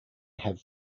have